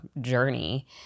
journey